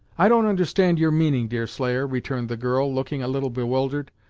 i don't understand your meaning, deerslayer returned the girl, looking a little bewildered.